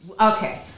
okay